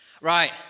Right